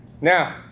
Now